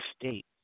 State